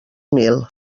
mil